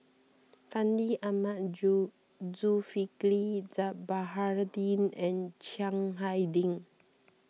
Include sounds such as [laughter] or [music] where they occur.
Fandi Ahmad [unintelligible] Zulkifli Baharudin and Chiang Hai Ding